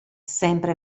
sempre